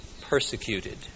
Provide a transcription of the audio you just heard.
persecuted